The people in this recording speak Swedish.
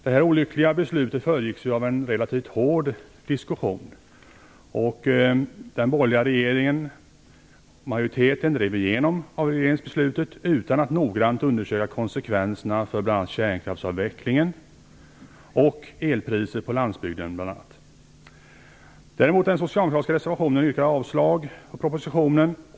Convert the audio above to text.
Det olyckliga beslutet föregicks av en relativt hård diskussion. Den borgerliga majoriteten drev igenom regeringsbeslutet utan att noggrant undersöka konsekvenserna för bl.a. kärnkraftsavvecklingen och elpriset på landsbygden. Däremot yrkade man i den socialdemokratiska reservationen avslag på propositionen.